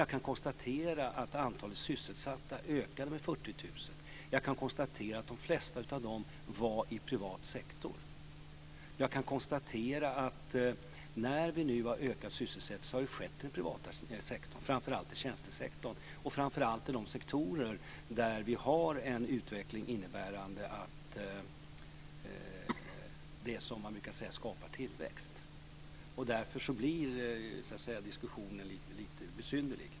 Jag kan konstatera att antalet sysselsatta ökade med 40 000, och de flesta av dem var i privat sektor. När vi nu har ökat sysselsättningen har det skett i den privata sektorn, och framför allt i tjänstesektorn och i de sektorer där vi har en utveckling som skapar tillväxt. Därför blir diskussionen lite besynnerlig.